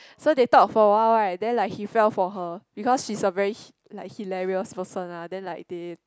so they talk for awhile right then like he fell for her because she's a very hi~ like hilarious person ah then like they